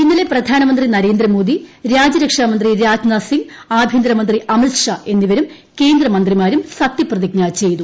ഇന്നലെ പ്രധാനമന്ത്രി നരേന്ദ്രമോദി രാജ്യരക്ഷാമന്ത്രി രാജ്നാഥ്സിങ് ആഭ്യന്തരമന്ത്രി അമിത്ഷാ എന്നിവരും കേന്ദ്രമന്ത്രിമാരും സത്യപ്രതിജ്ഞ ചെയ്തു